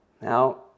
Now